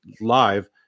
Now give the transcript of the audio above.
live